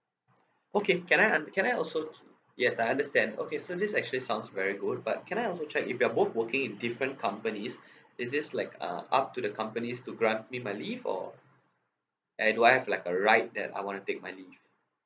okay can I un~ can I also yes I understand okay so this actually sounds very good but can I also check if you're both working in different companies is this like uh up to the companies to grant me my leave or I do I have like a right that I wanna take my leave